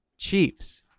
Chiefs